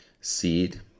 seed